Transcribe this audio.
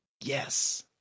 yes